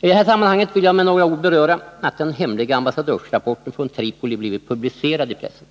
I detta sammanhang vill jag med några ord beröra den hemliga ambassadörsrapporten från Tripoli som blivit publicerad i pressen.